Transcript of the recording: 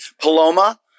paloma